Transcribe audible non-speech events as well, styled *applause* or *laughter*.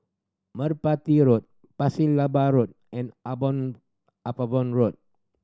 Merpati Road Pasir Laba Road and *unintelligible* Upavon Road